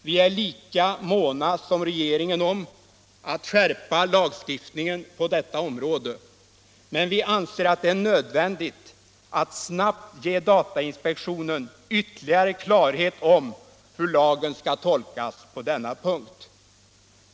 Vi är lika måna som regeringen om att skärpa lagstiftningen på detta område, men vi anser att det är nödvändigt att snabbt ge datainspektionen ytterligare klarhet om hur lagen skall tolkas på denna punkt.